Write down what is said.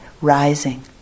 rising